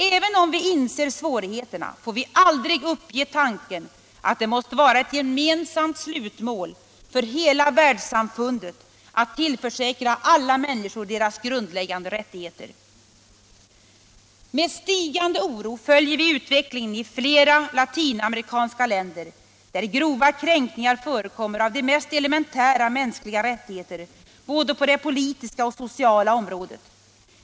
Även om vi inser svårigheterna får vi aldrig uppge tanken att det måste vara ett gemensamt slutmål för hela världssamfundet att tillförsäkra alla människor deras grundläggande rättigheter. Med stigande oro följer vi utvecklingen i flera latinamerikanska länder där grova kränkningar förekomrrer av de mest elementära mänskliga rättigheter, både på det politiska och på det sociala området.